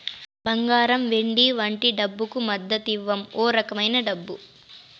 బంగారం వెండి వంటి డబ్బుకు మద్దతివ్వం ఓ రకమైన డబ్బు